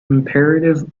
imperative